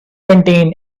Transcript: contain